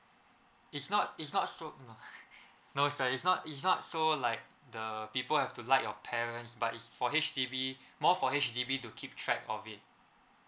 it's not it's not so no no sir it's not is not so like the people have to like your parents but is for H_D_B more for H_D_B to keep track of it